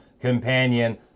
companion